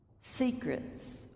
Secrets